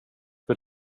för